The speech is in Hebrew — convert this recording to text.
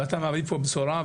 ואתה מעמיד פה בשורה,